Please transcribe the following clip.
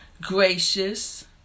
gracious